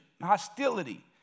hostility